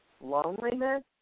loneliness